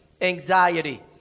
anxiety